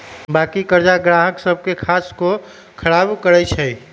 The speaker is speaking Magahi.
बाँकी करजा गाहक सभ के साख को खराब करइ छै